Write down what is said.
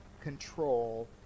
control